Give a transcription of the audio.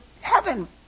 Heaven